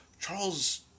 Charles